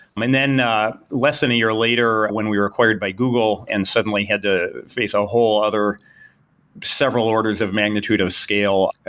um and then ah less than a year later when we were acquired by google and suddenly had to face of a whole other several orders of magnitude of scale,